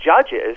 judges